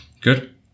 Good